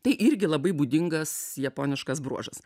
tai irgi labai būdingas japoniškas bruožas